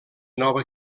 nova